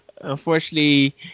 unfortunately